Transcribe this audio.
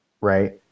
right